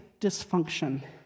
dysfunction